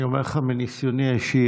אני אומר לך מניסיוני האישי,